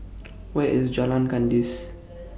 Where IS Jalan Kandis